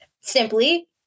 simply